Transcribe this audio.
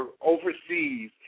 overseas